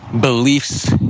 beliefs